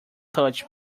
touch